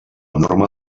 norma